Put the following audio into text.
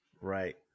Right